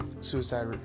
Suicide